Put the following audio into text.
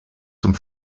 zum